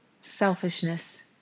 selfishness